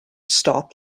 stop